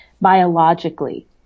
biologically